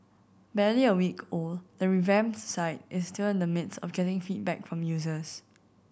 barely a week old the revamped site is still in the midst of getting feedback from users